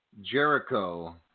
Jericho